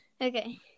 Okay